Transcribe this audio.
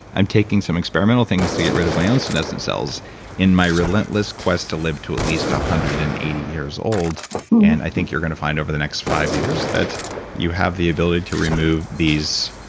i'm taking some experimental things to get rid of my own senescent cells in my relentless quest to live to at least one ah hundred and eighty years old and i think you're going to find over the next five years that you have the ability to remove these